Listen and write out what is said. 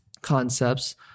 concepts